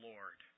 Lord